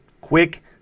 Quick